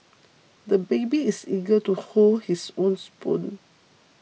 the baby is eager to hold his own spoon